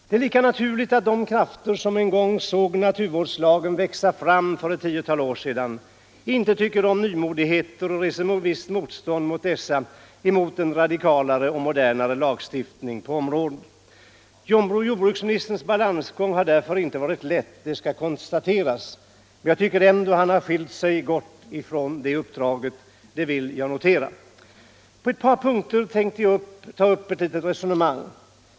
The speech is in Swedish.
Det är lika naturligt att de naturvårdslagen krafter som en gång såg naturvårdslagen växa fram för ett tiotal år sedan — och skogsvårdslainte tycker om nymodigheter utan reser ett visst motstånd mot dessa, gen, m.m. emot en radikalare och modernare lagstiftning på området. Jordbruksministerns balansgång har därför inte varit lätt, det skall konstateras. Han har emellertid skilt sig gott från uppdraget, det vill jag notera. På ett par punkter tänkte jag ta upp ett litet resonemang.